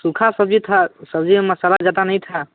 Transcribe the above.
सूखा सब्जी था सब्जी में मसाला ज़्यादा नहीं था